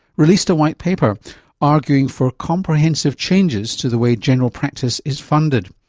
released a white paper arguing for comprehensive changes to the way general practice is funded.